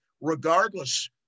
regardless